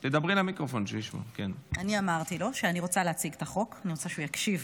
שאני רוצה להציג את החוק, אני רוצה יקשיב,